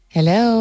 Hello